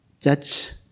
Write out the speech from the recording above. Judge